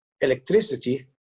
electricity